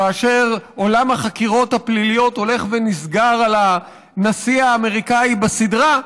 כאשר עולם החקירות הפליליות הולך ונסגר על הנשיא האמריקני בסדרה?